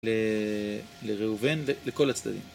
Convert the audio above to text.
ל... לראובן לכל הצדדים.